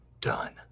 done